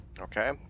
Okay